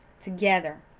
together